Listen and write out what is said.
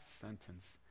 sentence